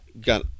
got